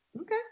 Okay